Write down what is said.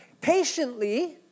patiently